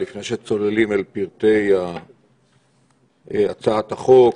לפני שצוללים אל פרטי הצעת החוק,